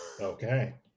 Okay